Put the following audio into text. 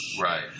Right